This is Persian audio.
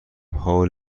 حال